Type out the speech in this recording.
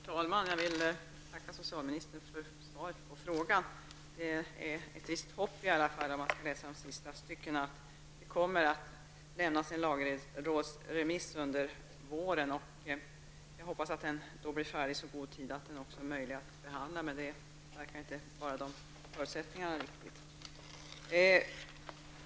Herr talman! Jag vill tacka socialministern för svaret på min fråga. Det finns i varje fall hopp -- det framgår av de sista raderna i det skrivna svaret -- att det kommer att lämnas en lagrådsremiss under våren. Jag hoppas att den blir färdig i så god tid att det blir möjligt att behandla den.